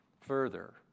further